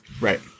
Right